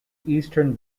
eastern